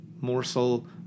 morsel